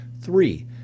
Three